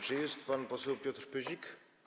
Czy jest pan poseł Piotr Pyzik?